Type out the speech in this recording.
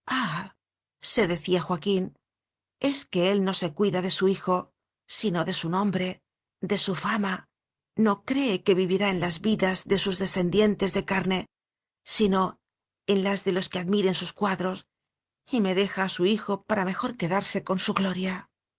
ahse decía joaquín es que él no se cuida de su hijo sino de su nom bre de su fama no cree que vivirá en las vi das de sus descendientes de carne sino en las de los que admiren sus cuadros y me deja su hijo para mejor quedarse con su glo